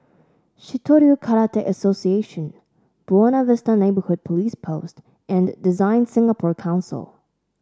Shitoryu Karate Association Buona Vista Neighbourhood Police Post and DesignSingapore Council